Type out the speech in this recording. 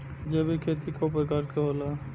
जैविक खेती कव प्रकार के होला?